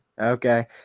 Okay